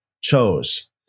chose